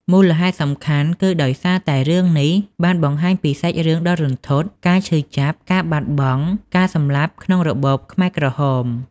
មូលហេតុសំខាន់គឺដោយសារតែរឿងនេះបានបង្ហាញពីសាច់រឿងដ៏រន្ធត់ ការឈឺចាប់ ការបាត់បង់ ការសម្លាប់ក្នុងរបបខ្មែរក្រហម។